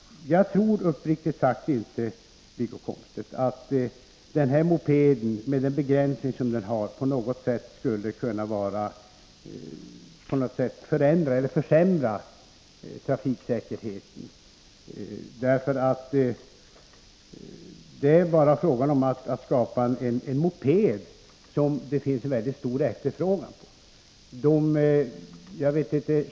Jag tror uppriktigt sagt inte, Wiggo Komstedt, att den här mopeden — med den begränsning som den har — på något sätt skulle kunna försämra trafiksäkerheten. Det är bara fråga om att göra en moped av en typ som det är en mycket stor efterfrågan på.